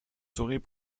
souris